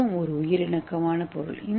ஏவும் ஒரு உயிர் இணக்கமான பொருள்